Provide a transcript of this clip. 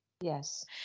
Yes